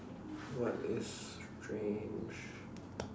what is strange